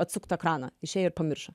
atsuktą krano išėjo ir pamiršo